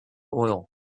oil